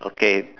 okay